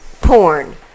porn